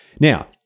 Now